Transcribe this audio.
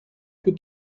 più